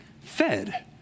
fed